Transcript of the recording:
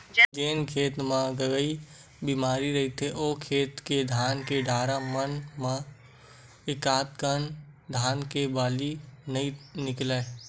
जेन खेत मन म गंगई बेमारी रहिथे ओ खेत के धान के डारा मन म एकोकनक धान के बाली नइ निकलय